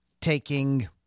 taking